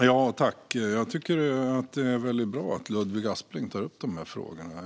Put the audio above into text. Fru talman! Jag tycker att det är väldigt bra att Ludvig Aspling tar upp de här frågorna.